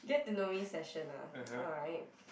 get to know me session ah alright